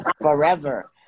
forever